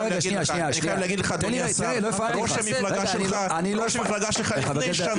ראש המפלגה שלך לפני שנה